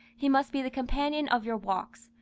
he must be the companion of your walks,